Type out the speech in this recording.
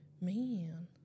Man